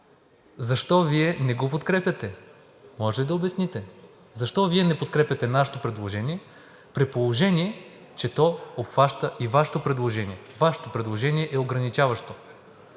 защо Вие не го подкрепяте? Може ли да обясните? Защо Вие не подкрепяте нашето предложение, при положение че то обхваща и Вашето предложение? Вашето предложение е ограничаващо.